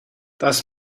this